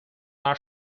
not